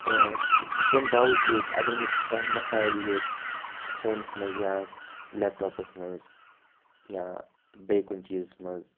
تہٕ تمہِ باؤجوٗد اگر مےٚ کانٛہہ مَسایِل یہِ فونَس منٛز یا لیپ ٹاپَس منٛز یا بیٚیہِ کُنہِ چیٖزَس منٛز